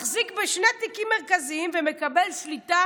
מחזיק בשני תיקים מרכזיים ומקבל שליטה